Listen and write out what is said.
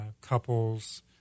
couples